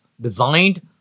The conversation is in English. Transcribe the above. designed